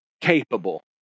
capable